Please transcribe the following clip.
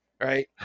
Right